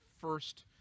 first